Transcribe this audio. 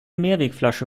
mehrwegflasche